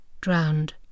drowned